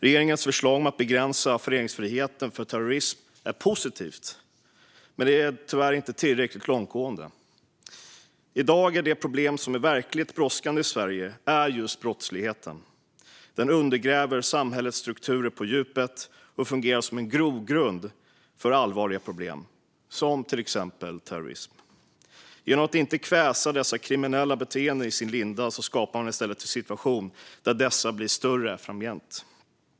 Regeringens förslag om att begränsa föreningsfriheten för terrorism är positivt, men det är tyvärr inte tillräckligt långtgående. Det problem som är verkligt brådskande i Sverige i dag är just brottsligheten. Den undergräver samhällets strukturer på djupet och fungerar som en grogrund för allvarligare problem, till exempel terrorism. Genom att inte kväva dessa kriminella beteenden i deras linda skapar man i stället en situation där de blir större framgent.